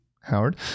Howard